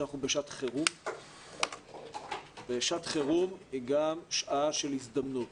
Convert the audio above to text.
אנחנו בשעת חירום ושעת חירום היא גם שעה של הזדמנות.